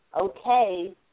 okay